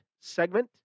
segment